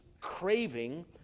craving